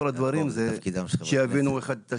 זה שיבינו אחד את השני.